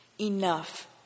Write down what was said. Enough